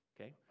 Okay